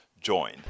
join